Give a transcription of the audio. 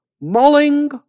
mulling